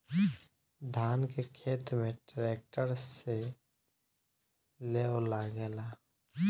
धान के खेत में ट्रैक्टर से लेव लागेला